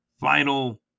Final